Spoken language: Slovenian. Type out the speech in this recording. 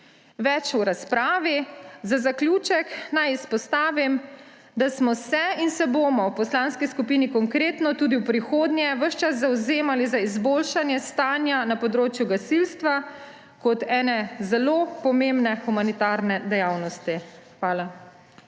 Več v razpravi. Za zaključek naj izpostavim, da smo se in se bomo v Poslanski skupini Konkretno tudi v prihodnje ves čas zavzemali za izboljšanje stanja na področju gasilstva kot ene zelo pomembne humanitarne dejavnosti. Hvala.